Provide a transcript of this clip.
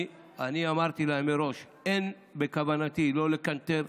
אני אמרתי להם מראש: אין בכוונתי לא לקנטר,